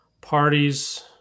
Parties